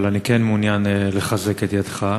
אבל אני כן מעוניין לחזק את ידיך.